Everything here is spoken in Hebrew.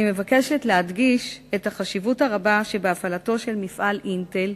אני מבקשת להדגיש את החשיבות הרבה שבהפעלתו של מפעל "אינטל"